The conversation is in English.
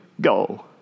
go